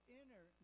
inner